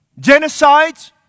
Genocides